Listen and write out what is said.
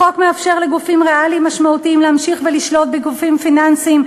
החוק מאפשר לגופים ריאליים משמעותיים להמשיך ולשלוט בגופים פיננסיים,